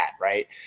right